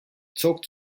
zog